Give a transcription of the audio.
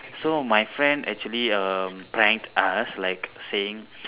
so my friend actually um pranked us like saying